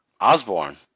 Osborne